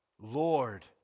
Lord